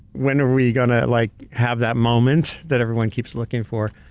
when are we going to like have that moment that everyone keeps looking for?